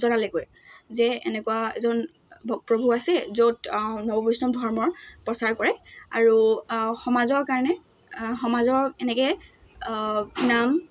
জনালেগৈ যে এনেকুৱা এজন ভ প্ৰভূ আছে য'ত নৱ বৈষ্ণৱ ধৰ্মৰ প্ৰচাৰ কৰে আৰু সমাজৰ কাৰণে সমাজৰ এনেকৈ নাম